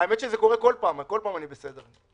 כל פעם, כל פעם אני בסדר.